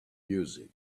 music